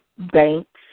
banks